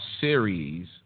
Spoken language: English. series